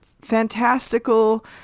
fantastical